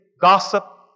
gossip